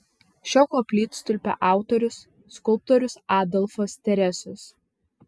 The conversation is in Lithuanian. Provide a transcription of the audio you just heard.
šio koplytstulpio autorius skulptorius adolfas teresius